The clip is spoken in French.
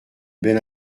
belle